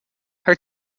her